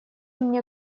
мне